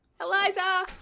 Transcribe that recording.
Eliza